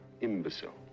imbecile